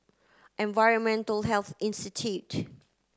Environmental Health Institute